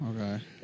okay